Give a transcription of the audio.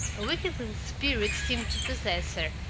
a wicked little spirit seemed to possess her,